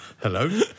Hello